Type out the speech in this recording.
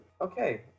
Okay